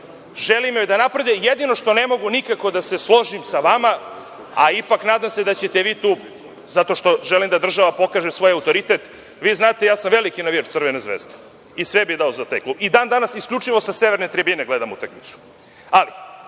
Želim joj da napreduje. Jedino sa čime ne mogu nikako da se složim sa vama, a ipak se nadam da ćete zato što želim da država pokaže svoj autoritet, znate da sam veliki navijač Crvene zvezde i sve bih dao za taj klub, dan danas isključivo sa Severne tribine gledam utakmicu, ali